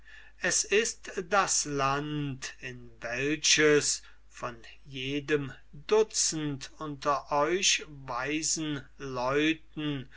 es ist das land in welches von jedem dutzend unter euch weisen leuten